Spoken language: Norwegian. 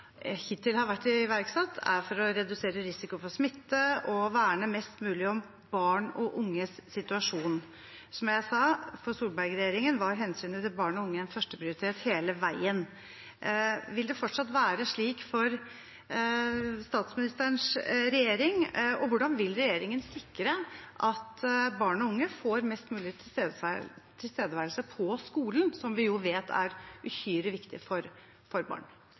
hittil har vært iverksatt, har vært for å redusere risiko for smitte og verne mest mulig om barn og unges situasjon. Som jeg sa, var Solberg-regjeringens førsteprioritet hensynet til barn og unge hele veien. Vil det fortsatt være slik for statsministerens regjering? Hvordan vil regjeringen sikre at barn og unge får mest mulig tilstedeværelse på skolen, som vi jo vet er uhyre viktig for barn? Dette var jo ikke regjeringen Solbergs prioritet alene. Barn